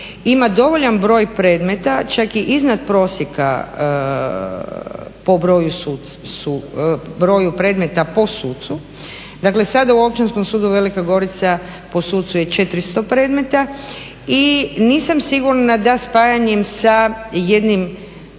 ima dovoljan broj predmeta, čak i izvan prosjeka po broju predmeta po sucu. Dakle sada u Općinskom sudu Velika Gorica po sucu je 400 predmeta i nisam sigurna da spajanjem sa jednim